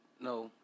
no